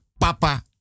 papa